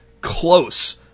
Close